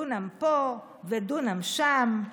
// דונם פה ודונם שם /